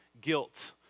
guilt